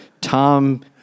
Tom